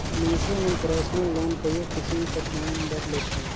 मइनसे मन personal loan कइयो किसिम कर काम बर लेथें